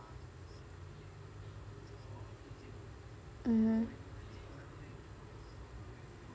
mmhmm